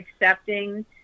accepting